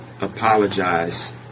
apologize